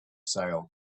sale